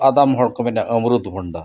ᱟᱫᱚᱢ ᱦᱚᱲᱠᱚ ᱢᱮᱱᱟ ᱟᱢᱨᱩᱫᱽ ᱵᱷᱩᱱᱰᱟ